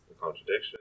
contradiction